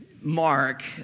Mark